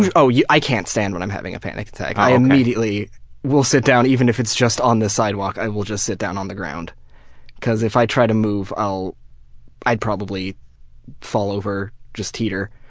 you know yeah i can't stand when i'm having a panic attack. i immediately will sit down, even if it's just on the sidewalk, i will just sit down on the ground cause if i try to move i'd probably fall over, just teeter.